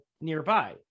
nearby